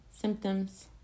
symptoms